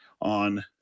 on